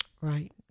Right